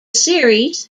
series